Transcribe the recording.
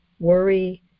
worry